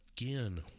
again